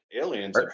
Aliens